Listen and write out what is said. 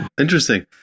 interesting